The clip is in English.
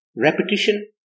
Repetition